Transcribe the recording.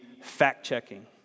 fact-checking